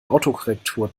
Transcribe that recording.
autokorrektur